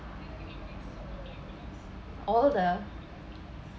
all the